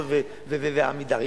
"פרזות" ו"עמידר".